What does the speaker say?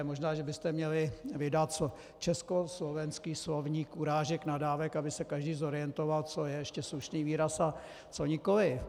Možná že byste měli vydat československý slovník urážek, nadávek, aby se každý zorientoval, co je ještě slušný výraz a co nikoliv.